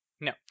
No